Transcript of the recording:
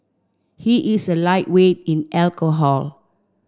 he is a lightweight in alcohol